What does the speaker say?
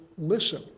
listen